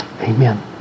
amen